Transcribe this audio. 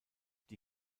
die